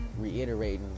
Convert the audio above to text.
Reiterating